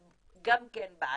אז זה גם כן בעיה.